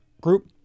group